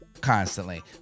constantly